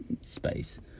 space